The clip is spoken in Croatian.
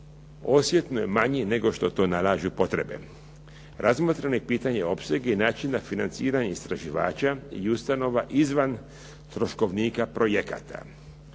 osjetno je manji nego što to nalažu potrebe. Razmotreno je i pitanje opsega i načina financiranja istraživača i ustanova izvan troškovnika projekata.